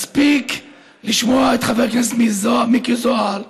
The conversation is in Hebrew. מספיק לשמוע את חבר הכנסת מיקי זוהר,